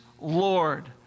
Lord